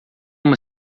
uma